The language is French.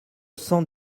cent